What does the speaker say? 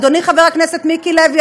אדוני חבר הכנסת מיקי לוי,